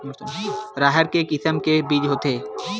राहेर के किसम के बीज होथे?